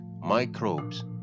microbes